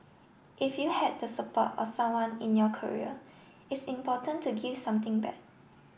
if you had the support of someone in your career it's important to give something back